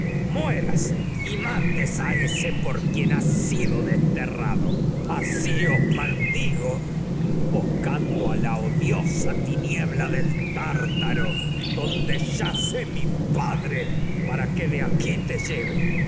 mueras y mates sido ese por quien a has desterrado asi os maldigo invocando mi la odiosa tiniebla del tártaro donde yace padre para que de aquí te lleve